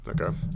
Okay